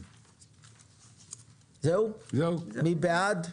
מי בעד הצו?